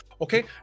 Okay